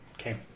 Okay